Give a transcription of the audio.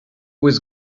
was